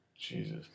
Jesus